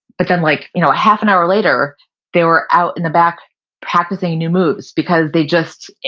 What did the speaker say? but then like you know a half an hour later they were out in the back practicing new moves because they just,